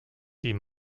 die